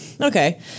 Okay